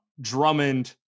Drummond